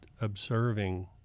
observing